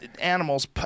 Animals